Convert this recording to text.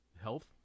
health